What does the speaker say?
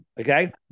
Okay